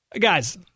guys